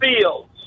Fields